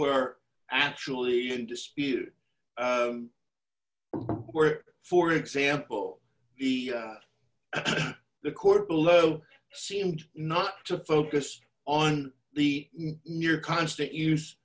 were actually in dispute where for example the the court below seemed not to focus on the near constant use